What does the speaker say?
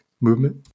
movement